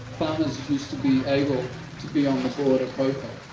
used to be able to be on the board of hofa.